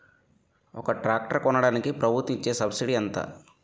ఒక ట్రాక్టర్ కొనడానికి ప్రభుత్వం ఇచే సబ్సిడీ ఎంత?